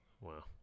Wow